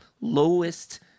lowest